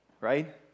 right